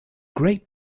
great